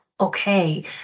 okay